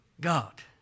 God